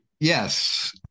Yes